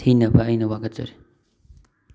ꯊꯤꯅꯕ ꯑꯩꯅ ꯋꯥꯀꯠꯆꯔꯤ